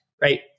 right